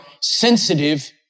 sensitive